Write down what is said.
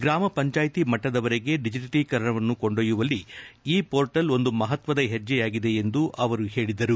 ಗ್ರಾಮ ಪಂಚಾಯಿತಿ ಮಟ್ಟದವರೆಗೆ ಡಿಜೆಟಲಿ ಕರಣವನ್ನು ಕೊಂಡೊಯ್ಲುವಲ್ಲಿ ಈ ಪೋರ್ಟಲ್ ಒಂದು ಮಹತ್ವದ ಹೆಜ್ಜೆಯಾಗಿದೆ ಎಂದು ಅವರು ಹೇಳದರು